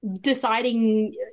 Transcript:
deciding